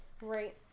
Right